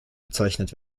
bezeichnet